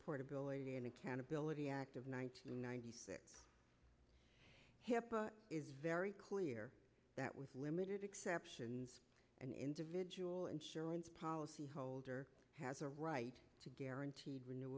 portability and accountability act of one to ninety six hipaa is very clear that with limited exceptions an individual insurance policy holder has a right to guaranteed renew